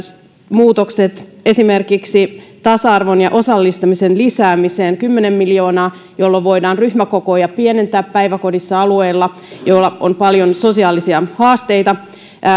muutokset esimerkiksi tasa arvon ja osallistamisen lisäämiseen kymmenen miljoonaa jolloin voidaan ryhmäkokoja pienentää päiväkodeissa alueilla joilla on paljon sosiaalisia haasteita